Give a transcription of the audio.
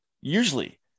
usually